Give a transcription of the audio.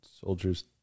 soldiers